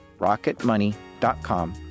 rocketmoney.com